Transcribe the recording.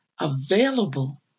available